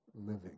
living